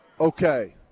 Okay